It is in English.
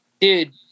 dude